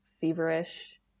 feverish